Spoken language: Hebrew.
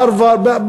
בהרווארד,